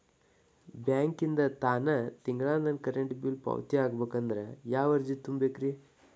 ಬ್ಯಾಂಕಿಂದ ತಾನ ತಿಂಗಳಾ ನನ್ನ ಕರೆಂಟ್ ಬಿಲ್ ಪಾವತಿ ಆಗ್ಬೇಕಂದ್ರ ಯಾವ ಅರ್ಜಿ ತುಂಬೇಕ್ರಿ?